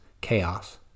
chaos